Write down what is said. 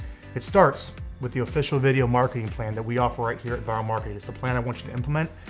it starts with the official video marketing plan that we offer right here at vyral marketing. it's the plan i want you to implement.